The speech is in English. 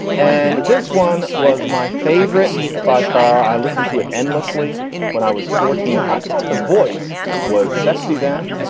and this one was my favorite by far. i listened to it endlessly when i was fourteen. i thought the voice was sexy then,